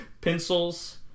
Pencils